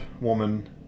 woman